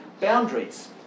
boundaries